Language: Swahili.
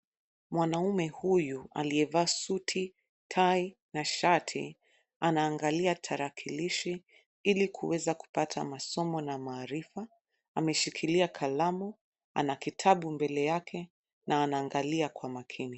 Mwanaume huyu aliyevaa suti, tai na shati anaangalia tarakilishi ili kuweza kupata masomo na maarifa. Ameshikilia kalamu, ana kitabu mbele yake na anaangalia kwa makini.